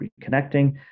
reconnecting